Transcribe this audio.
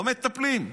לא מטפלים?